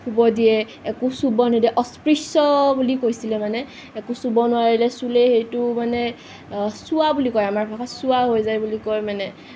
শুব দিয়ে একো চুব নিদিয়ে অস্পৃশ্য বুলি কৈছিলে মানে একো চুব নোৱাৰিলে চুলে সেইটো মানে চুৱা হৈ যায় বুলি কয় মানে